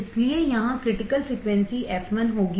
इसलिए यहाँ critical frequency f l होगी